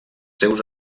seus